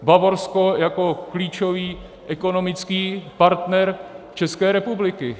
Bavorsko jako klíčový ekonomický partner České republiky.